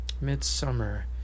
Midsummer